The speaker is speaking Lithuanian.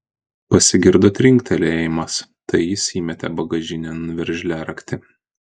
pasigirdo trinktelėjimas tai jis įmetė bagažinėn veržliaraktį